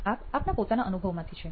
આ આપના પોતાના અનુભવમાંથી છે